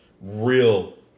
real